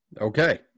Okay